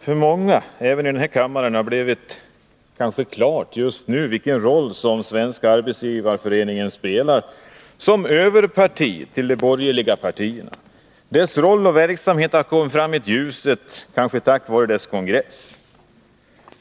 Fru talman! Det har kanske nu blivit klart för många, även i den här kammaren, vilken roll Svenska arbetsgivareföreningen spelar som överparti till de borgerliga partierna. Dess roll och verksamhet har kommit fram i ljuset, kanske tack vare dess kongress.